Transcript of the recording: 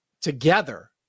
together